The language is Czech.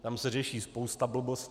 Tam se řeší spousta blbostí.